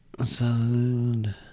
Salute